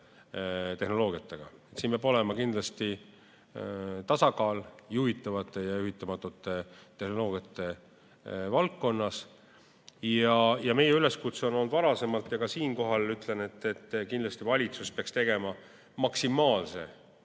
tehnoloogiatega. Siin peab olema kindlasti juhitavate ja juhitamatute tehnoloogiate tasakaal. Meie üleskutse on olnud varasemalt ja ka siinkohal ütlen, et kindlasti valitsus peaks tegema maksimaalse,